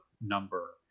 number